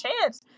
chance